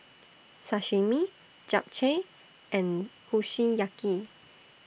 Sashimi Japchae and Kushiyaki